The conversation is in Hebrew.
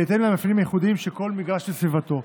בהתאם למאפיינים הייחודיים של כל מגרש וסביבתו.